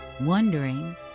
wondering